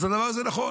אז הדבר הזה נכון,